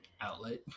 outlet